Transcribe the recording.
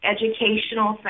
Educational